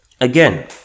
Again